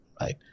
right